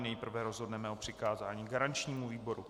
Nejprve rozhodneme o přikázání garančnímu výboru.